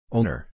Owner